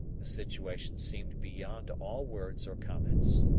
the situation seemed beyond all words or comments.